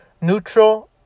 neutral